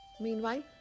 Meanwhile